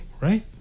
right